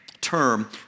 term